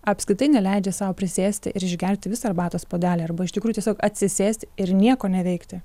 apskritai neleidžia sau prisėsti ir išgerti visą arbatos puodelį arba iš tikrųjų tiesiog atsisėsti ir nieko neveikti